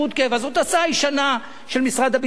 זאת הצעה ישנה של משרד הביטחון.